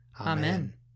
Amen